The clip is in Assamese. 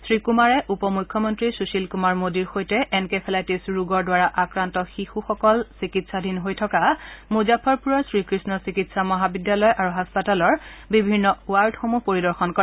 শ্ৰীকুমাৰে উপ মুখ্যমন্ত্ৰী সুশীল কুমাৰ মোদীৰ সৈতে এনকেফেলাইটিছ ৰোগৰ দ্বাৰা আক্ৰান্ত শিশুসকল চিকিৎসাধীন হৈ থকা মুজাফ্ফৰপুৰৰ শ্ৰীকৃষ্ণ চিকিৎসা মহাবিদ্যালয় আৰু হাস্পতালৰ বিভিন্ন ৱাৰ্ডসমূহ পৰিদৰ্শন কৰে